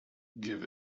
give